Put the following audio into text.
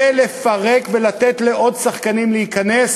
ולפרק ולתת לעוד שחקנים להיכנס,